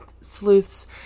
sleuths